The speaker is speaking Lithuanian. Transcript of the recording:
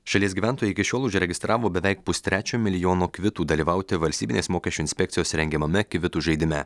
šalies gyventojai iki šiol užregistravo beveik pustrečio milijono kvitų dalyvauti valstybinės mokesčių inspekcijos rengiamame kvitų žaidime